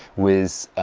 with